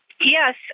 Yes